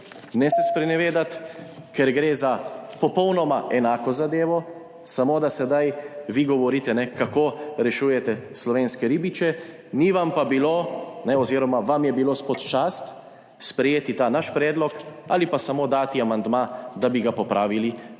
ne se sprenevedati, ker gre za popolnoma enako zadevo, samo da sedaj vi govorite, kako rešujete slovenske ribiče, vam je bilo pa pod častjo sprejeti ta naš predlog ali pa samo dati amandma, da bi ga popravili na